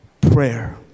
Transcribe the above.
prayer